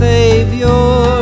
Savior